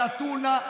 על הטונה,